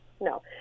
No